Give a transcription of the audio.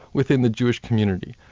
within the jewish community.